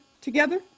together